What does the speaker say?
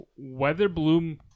Weatherbloom